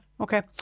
Okay